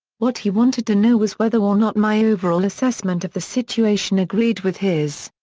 what he wanted to know was whether or not my overall assessment of the situation agreed with his.